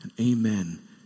Amen